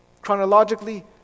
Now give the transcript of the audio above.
chronologically